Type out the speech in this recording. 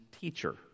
teacher